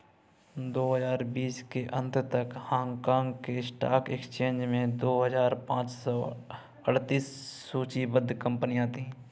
दो हजार बीस के अंत तक हांगकांग के स्टॉक एक्सचेंज में दो हजार पाँच सौ अड़तीस सूचीबद्ध कंपनियां थीं